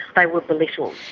they were belittled.